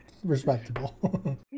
respectable